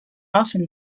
often